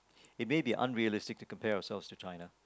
it may be unrealistic to compare ourselves to China